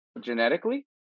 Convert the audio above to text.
genetically